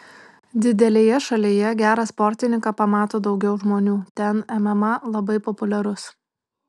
didelėje šalyje gerą sportininką pamato daugiau žmonių ten mma labai populiarus